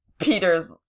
Peter's